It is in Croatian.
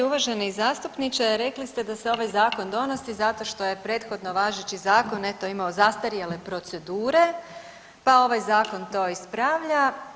Uvaženi zastupniče, rekli ste da se ovaj zakon donosi zato što je prethodno važeći zakon eto imao zastarjele procedure, pa ovaj zakon to ispravlja.